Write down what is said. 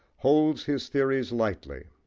holds his theories lightly,